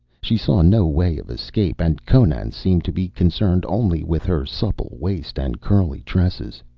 she saw no way of escape, and conan seemed to be concerned only with her supple waist and curly tresses.